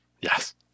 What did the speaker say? Yes